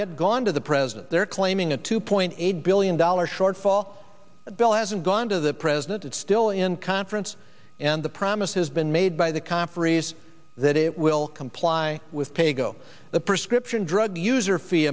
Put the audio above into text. yet gone to the president they're claiming a two point eight billion dollars shortfall bill hasn't gone to the president it's still in conference and the promise has been made by the conferees that it will comply with paygo the prescription drug user fee